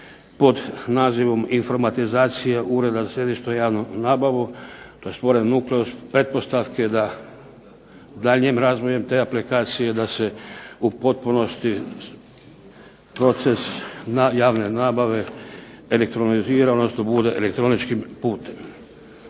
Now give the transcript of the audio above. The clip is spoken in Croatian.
pod nazivom "Informatizacija ureda za središnju javnu nabavu" ... uz pretpostavke da daljnjim razvojem te aplikacije da se u potpunosti proces javne nabave elektronizira odnosno bude elektroničkim putem.